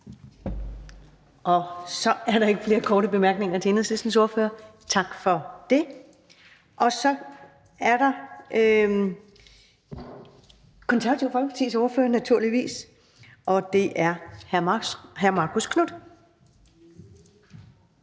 Så er der ikke flere korte bemærkninger til Enhedslistens ordfører. Tak for det. Så er det Det Konservative Folkepartis ordfører, og det er hr. Marcus Knuth.